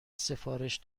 سفارش